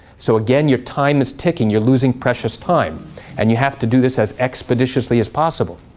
so again, your time is ticking. you're losing precious time and you have to do this as expeditiously as possible.